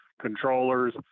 controllers